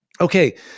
okay